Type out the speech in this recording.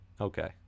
Okay